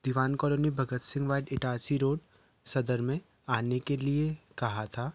दीवान colony Bhagat Singh Itarsi road Sadar में आने के लिए कहा था